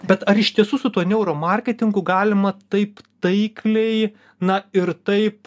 bet ar iš tiesų su tuo neuromarketingu galima taip taikliai na ir taip